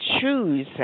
choose